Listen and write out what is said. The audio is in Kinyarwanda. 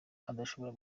adashobora